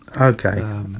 Okay